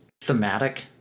thematic